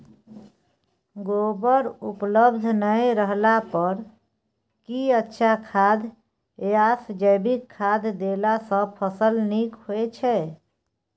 गोबर उपलब्ध नय रहला पर की अच्छा खाद याषजैविक खाद देला सॅ फस ल नीक होय छै?